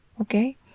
Okay